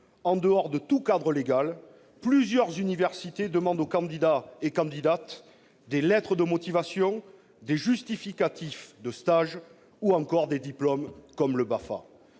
en dehors de tout cadre légal, plusieurs universités demandent aux candidats et candidates des lettres de motivation, des justificatifs de stage ou encore des diplômes comme le